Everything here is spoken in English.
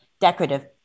decorative